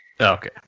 Okay